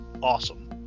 awesome